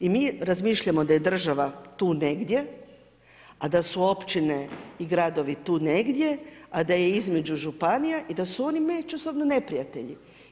I mi razmišljamo da je država tu negdje, a da su općine i gradovi tu negdje, a da je između županija i da su oni međusobno neprijatelji.